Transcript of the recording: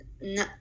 No